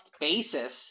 basis